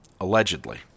allegedly